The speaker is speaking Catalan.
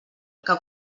que